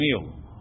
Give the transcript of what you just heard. meal